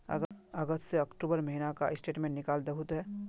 अगस्त से अक्टूबर महीना का स्टेटमेंट निकाल दहु ते?